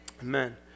Amen